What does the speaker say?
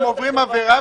עוברים עבירה,